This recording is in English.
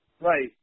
Right